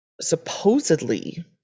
supposedly